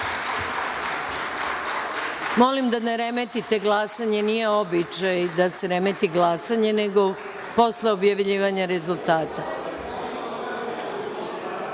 da ne remetite glasanje, nije običaj da se remeti glasanje nego posle objavljivanja rezultata.